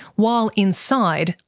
while inside,